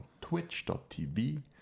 twitch.tv